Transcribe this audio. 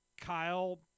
Kyle